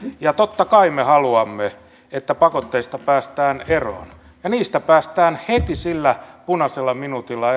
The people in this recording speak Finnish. totta kai me haluamme että pakotteista päästään eroon ja niistä päästään eroon heti sillä punaisella minuutilla